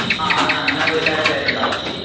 ആ എന്നാൽ വീട്ടാരെല്ലാരുമുണ്ടാവും